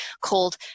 called